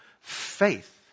faith